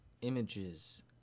images